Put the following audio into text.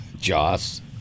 Joss